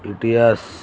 Etios